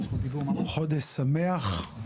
חודש שמח,